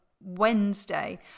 Wednesday